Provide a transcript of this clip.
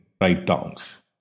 write-downs